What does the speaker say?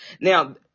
now